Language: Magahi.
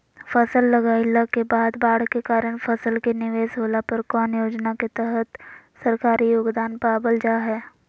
फसल लगाईला के बाद बाढ़ के कारण फसल के निवेस होला पर कौन योजना के तहत सरकारी योगदान पाबल जा हय?